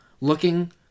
looking